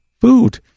food